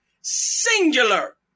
singular